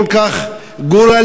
כל כך גורלי,